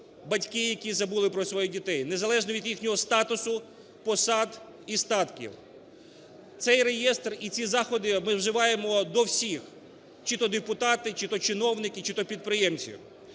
батьки, які забули про своїх дітей, незалежно від їхнього статусу, посад і статків. Цей реєстр і ці заходи ми вживаємо до всіх: чи то депутати, чи то чиновники, чи то підприємці.